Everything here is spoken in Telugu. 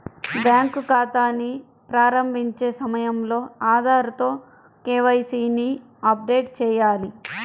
బ్యాంకు ఖాతాని ప్రారంభించే సమయంలో ఆధార్ తో కే.వై.సీ ని అప్డేట్ చేయాలి